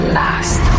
last